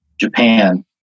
Japan